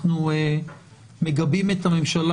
אנחנו מגבים את הממשלה